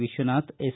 Vishwanath S